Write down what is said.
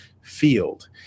field